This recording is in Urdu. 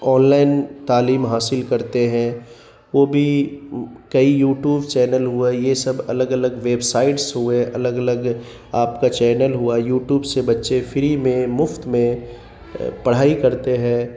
آنلائن تعلیم حاصل کرتے ہیں وہ بھی کئی یو ٹیوب چینل ہوا یہ سب الگ الگ ویب سائٹس ہوئے الگ الگ آپ کا چینل ہوا یو ٹیوب سے بچے فری میں مفت میں پڑھائی کرتے ہیں